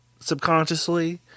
subconsciously